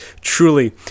truly